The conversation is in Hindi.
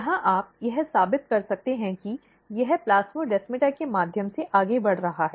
यहां आप यह साबित कर सकते हैं कि यह प्लास्मोड्समाटा के माध्यम से आगे बढ़ रहा है